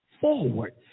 forward